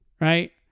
right